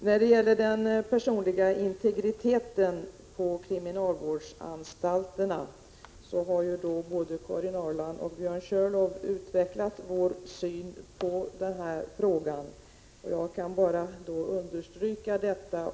I fråga om den personliga integriteten på kriminalvårdsanstalterna har både Karin Ahrland och Björn Körlof utvecklat vår syn. Jag vill bara understryka vad de sagt.